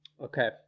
Okay